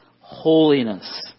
holiness